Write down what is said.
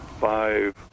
five